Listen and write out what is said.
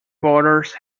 borders